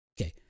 Okay